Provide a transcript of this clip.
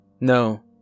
No